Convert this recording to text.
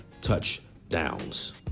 touchdowns